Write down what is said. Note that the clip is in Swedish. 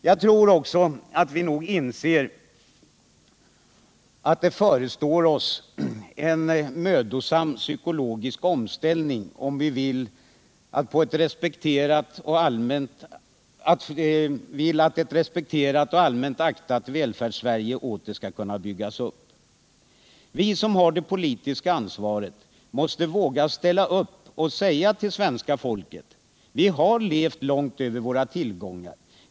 Jag tror också att vi inser att det förestår en mödosam psykologisk omställning om vi vill att ett respekterat och allmänt aktat Välfärdssverige åter skall kunna byggas upp. Vi som har det politiska ansvaret måste våga stå upp och säga till svenska folket: Vi har levt långt över våra tillgångar.